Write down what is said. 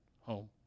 home